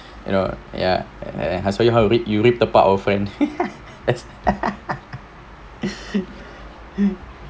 you know yeah uh uh I saw how you read you read you read the part often